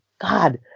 God